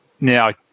now